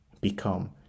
become